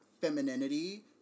femininity